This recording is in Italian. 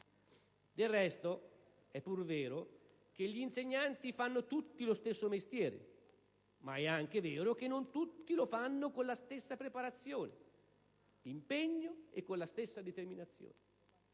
Del resto, è pur vero che gli insegnanti fanno tutti lo stesso mestiere, ma è anche vero che non tutti lo fanno con la stessa preparazione, impegno e determinazione